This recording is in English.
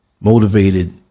motivated